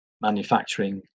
manufacturing